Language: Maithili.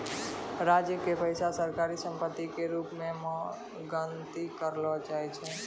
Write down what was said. राज्य के पैसा सरकारी सम्पत्ति के रूप मे गनती करलो जाय छै